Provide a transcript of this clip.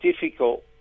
difficult